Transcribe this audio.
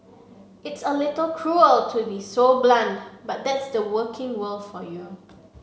it's a little cruel to be so blunt but that's the working world for you